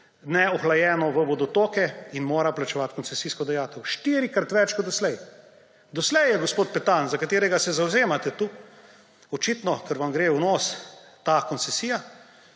neohlajene v vodotoke in morajo plačevati koncesijsko dajatev štirikrat več kot do tedaj. Do tedaj je gospod Petan, za katerega se zavzemate – očitno, ker vam gre v nos ta koncesija